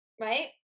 Right